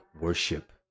worship